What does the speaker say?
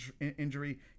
injury